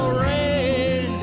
rain